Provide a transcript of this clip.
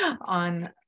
on